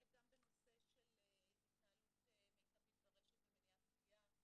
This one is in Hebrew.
גם בנושא של התנהלות מיטבית ברשת ומניעת פגיעה,